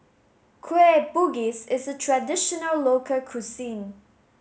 Kueh Bugis is a traditional local cuisine